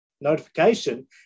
notification